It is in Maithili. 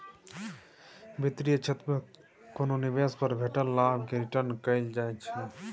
बित्तीय क्षेत्र मे कोनो निबेश पर भेटल लाभ केँ रिटर्न कहल जाइ छै